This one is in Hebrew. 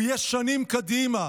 הוא יהיה שנים קדימה.